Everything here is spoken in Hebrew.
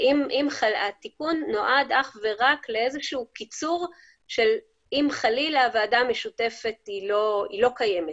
התיקון נועד אך ורק לאיזשהו קיצור של אם חלילה הוועדה המשותפת לא קיימת,